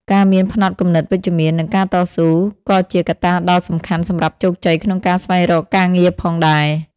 ការមានផ្នត់គំនិតវិជ្ជមាន និងការតស៊ូ ក៏ជាកត្តាដ៏សំខាន់សម្រាប់ជោគជ័យក្នុងការស្វែងរកការងារផងដែរ។